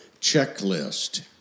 checklist